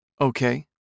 Okay